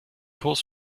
kurs